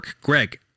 Greg